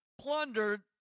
plundered